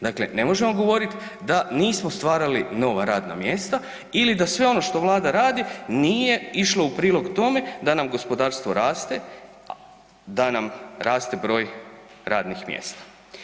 Dakle, ne možemo govoriti da nismo stvarali nova radna mjesta ili da sve ono što Vlada radi, nije išlo u prilog tome da nam gospodarstvo raste, da nam raste broj radnih mjesta.